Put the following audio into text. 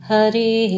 Hari